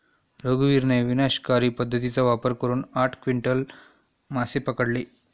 रघुवीरने विनाशकारी पद्धतीचा वापर करून आठ क्विंटल मासे पकडले